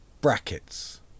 brackets